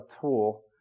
tool